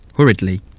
Hurriedly